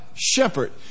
shepherd